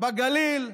בגליל,